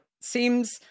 seems